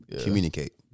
Communicate